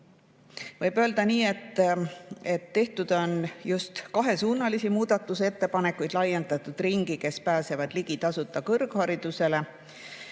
Võib öelda nii, et tehtud on just kahesuunalisi muudatusettepanekuid. On laiendatud nende ringi, kes pääsevad ligi tasuta kõrgharidusele,